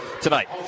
tonight